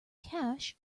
cash